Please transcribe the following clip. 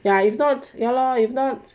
ya if not ya lor if not